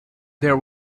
there